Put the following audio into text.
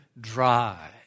dry